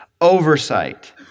oversight